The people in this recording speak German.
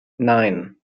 nein